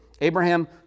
Abraham